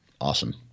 Awesome